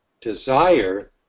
desire